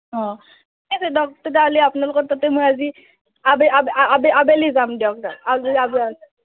অঁ ঠিক আছে দ'ক তেতিয়াহ'লে আপোনালোকৰ তাতে মই আজি আ আ আবে আবেলি যাম দিয়ক